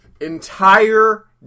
entire